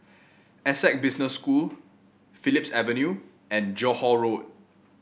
Essec Business School Phillips Avenue and Johore Road